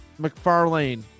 McFarlane